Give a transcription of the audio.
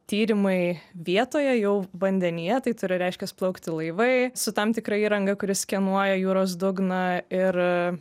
tyrimai vietoje jau vandenyje tai turi reiškias plaukti laivai su tam tikra įranga kuri skenuoja jūros dugną ir